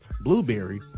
Blueberry